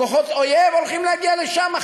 כוחות אויב הולכים להגיע לשם?